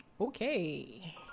Okay